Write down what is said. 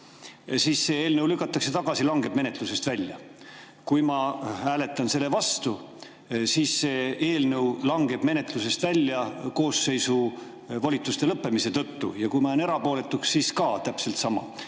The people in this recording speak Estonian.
siis see eelnõu lükatakse tagasi, see langeb menetlusest välja; kui ma hääletan selle vastu, siis see eelnõu langeb menetlusest välja koosseisu volituste lõppemise tõttu; ja kui ma jään erapooletuks, siis on ka täpselt sama,